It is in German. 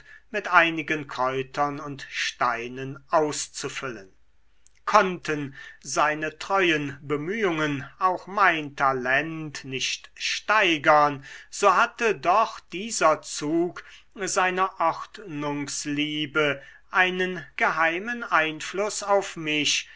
mit einigen kräutern und steinen auszufüllen konnten seine treuen bemühungen auch mein talent nicht steigern so hatte doch dieser zug seiner ordnungsliebe einen geheimen einfluß auf mich